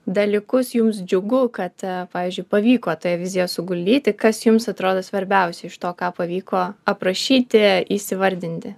dalykus jums džiugu kad a pavyzdžiui pavyko toj vizijoj suguldyti kas jums atrodo svarbiausia iš to ką pavyko aprašyti įsivardinti